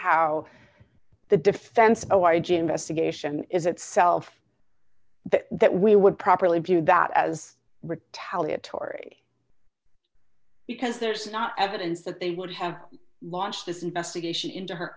how the defense oh i j investigation is itself that we would properly view that as retaliate tory because there's not evidence that they would have launched this investigation into her